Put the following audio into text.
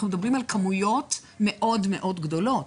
אנחנו מדברים על כמויות מאוד גדולות.